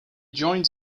joins